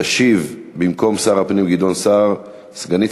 תשיב במקום שר הפנים גדעון סער סגנית